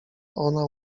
ona